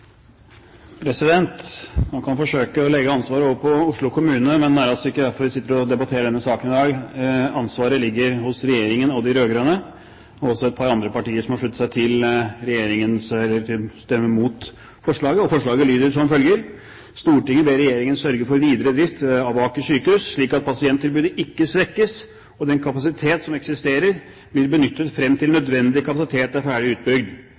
kan forsøke å legge ansvaret over på Oslo kommune, men det er ikke derfor vi debatterer denne saken i dag. Ansvaret ligger hos Regjeringen og de rød-grønne – og et par andre partier, som har sluttet seg til regjeringspartiene og stemmer imot forslaget. Og forslaget lyder som følger: «Stortinget ber regjeringen sørge for videre drift av Aker sykehus, slik at pasienttilbudet ikke svekkes, og den kapasitet som eksisterer, blir benyttet frem til nødvendig kapasitet er ferdig utbygd.»